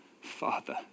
Father